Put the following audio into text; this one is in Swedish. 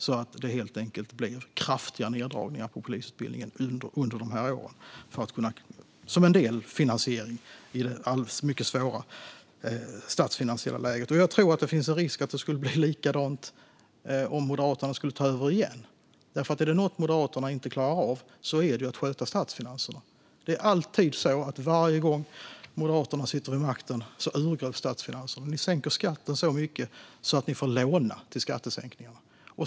Det blev helt enkelt kraftiga neddragningar på polisutbildningen, som en delfinansiering, under de här åren i det mycket svåra statsfinansiella läget. Jag tror att det finns en risk att det skulle bli likadant om Moderaterna skulle ta över igen, för är det något Moderaterna inte klarar av är det att sköta statsfinanserna. Varje gång Moderaterna sitter vid makten urgröps statsfinanserna. Ni sänker skatten så mycket att ni får låna till skattesänkningar.